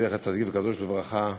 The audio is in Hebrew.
זכר צדיק וקדוש לברכה,